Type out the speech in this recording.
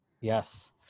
yes